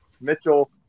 Mitchell